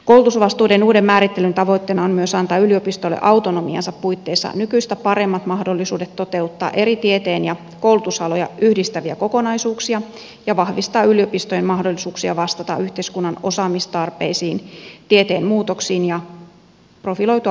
koulutusvastuiden uuden määrittelyn tavoitteena on myös antaa yliopistoille autonomiansa puitteissa nykyistä paremmat mahdollisuudet toteuttaa eri tieteen ja koulutusaloja yhdistäviä kokonaisuuksia ja vahvistaa yliopistojen mahdollisuuksia vastata yhteiskunnan osaamistarpeisiin tieteen muutoksiin ja profiloitua vastuualuilleen